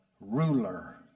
ruler